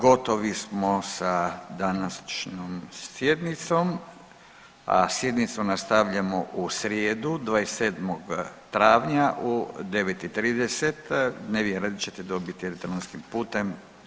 Gotovi smo sa današnjom sjednicom, a sjednicu nastavljamo u srijedu 27. travnja u 9 i 30. … [[Govornik se ne razumije]] ćete dobiti elektronskim putem.